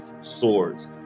swords